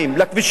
לכבישים,